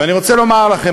ואני רוצה לומר לכם,